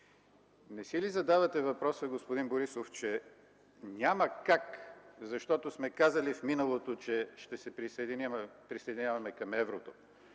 Не си ли задавате въпроса, господин Борисов, че няма как, защото сме казали в миналото, че ще се присъединяваме към еврото